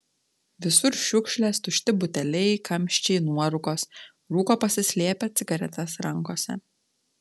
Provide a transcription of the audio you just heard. visur šiukšlės tušti buteliai kamščiai nuorūkos rūko pasislėpę cigaretes rankose